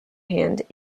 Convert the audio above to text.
hand